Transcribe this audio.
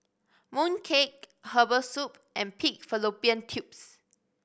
mooncake herbal soup and pig fallopian tubes